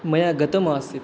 मया गतमासीत्